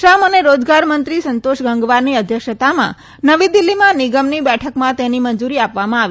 શ્રમ અને રોજગારમંત્રી સંતોષ ગંગવારની અધ્યક્ષતામાં નવી દિલ્હીમાં નિગમની બેઠકમાં તેની મંજુરી આપવામાં આવી